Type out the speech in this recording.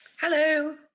Hello